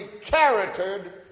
charactered